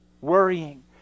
worrying